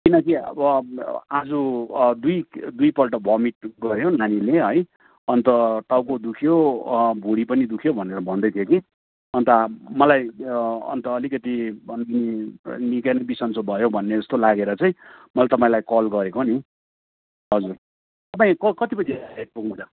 किनकि अब आज दुई दुईपल्ट भोमिट गर्यो नानीले है अन्त टाउको दुख्यो भुँडी पनि दुख्यो भनेर भन्दै थियो कि अन्त मलाई अन्त अलिकति अनि लिगली बिसन्चो भयो भन्ने जस्तो लागेर चाहिँ मैले तपाईँलाई कल गरेको नि हजुर तपाईँ क कति बजी आइपुग्नु हुन्छ